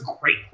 great